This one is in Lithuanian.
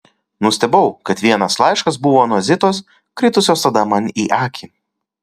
nustebau kad vienas laiškas buvo nuo zitos kritusios tada man į akį